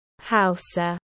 Hausa